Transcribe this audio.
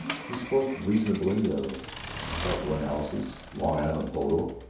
he spoke reasonably of psychoanalysis, long island polo,